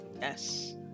yes